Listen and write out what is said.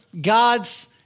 God's